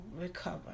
recover